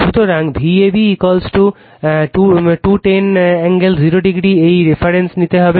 সুতরাং Vab 210 কোণ 0o এই রেফারেন্স নিতে হবে